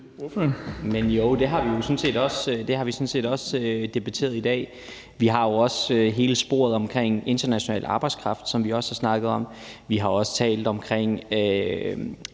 (M): Jo, det har vi sådan set også debatteret i dag. Vi har jo også hele sporet omkring international arbejdskraft, som vi også har snakket om. Vi har også talt om